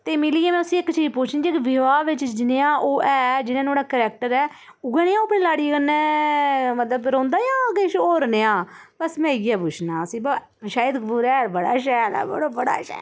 ते मिलियै में उसी इक चीज़ पुच्छनी जे विवाह् बिच जनेहा ओह् ऐ जि'यां नुहाड़ा कैरेक्टर ऐ उ'ऐ नेआं ओह् अपनी लाड़ी कन्नै मतलब रौह्ंदा जां किश होर नेआं बस में इ'यै पुच्छना उसी शाहि्द कपूर ऐ बड़ा शैल मड़ो बड़ा शैल